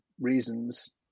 reasons